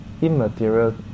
immaterial